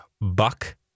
buck